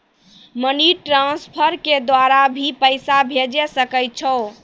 Money transfer के द्वारा भी पैसा भेजै सकै छौ?